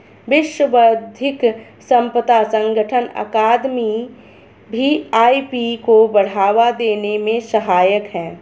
विश्व बौद्धिक संपदा संगठन अकादमी भी आई.पी को बढ़ावा देने में सहायक है